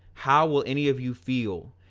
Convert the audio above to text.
how will any of you feel,